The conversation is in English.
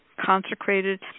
consecrated